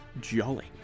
Jolly